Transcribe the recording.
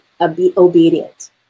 obedient